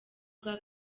bwa